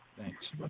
Thanks